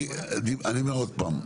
אני אומר עוד פעם,